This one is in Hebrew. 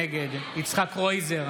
נגד יצחק קרויזר,